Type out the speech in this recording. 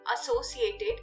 associated